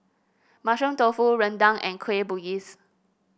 Mushroom Tofu rendang and Kueh Bugis